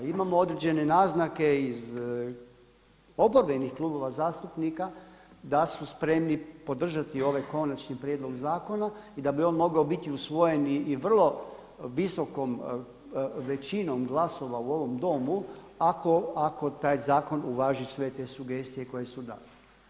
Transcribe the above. Imamo određene naznake iz oporbenih klubova zastupnika da su spremni podržati ovaj konačni prijedlog zakona i da bi on mogao biti usvoje u vrlo visokom većinom glasova u ovom Domu, ako taj zakon uvaži sve te sugestije koje su dali.